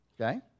Okay